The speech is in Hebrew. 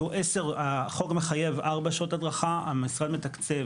החוק מחייב ארבע שעות הדרכה, המשרד מתקצב